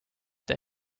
the